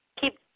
keep